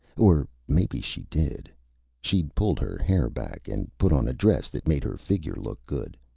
or maybe she did she'd pulled her hair back and put on a dress that made her figure look good.